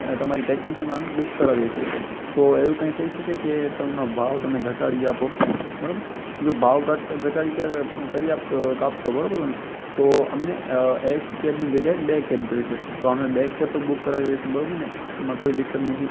તમારી ટેક્સીસ અમે બૂક કરાવીએ છીએ તો એવું કંઈ થઈ શકે કે તે તમે ભાવ તમે ઘટાડી આપો બરાબર જો ભાવ ઘટ ઘટાડી કર કરી આપશો કાપશો બરાબર તમે તો અમને એક કેબની જગ્યાએ બે કેબ જોઈશે તો અમે બે કેબ તો બૂક કરાવી લઇશું બરાબર ને એમાં કોઈ દિક્કત નથી